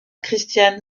christiane